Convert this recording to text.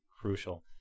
crucial